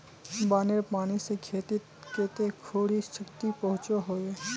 बानेर पानी से खेतीत कते खुरी क्षति पहुँचो होबे?